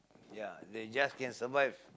ya they just can survive